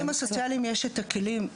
לעובדים הסוציאליים יש הכלים.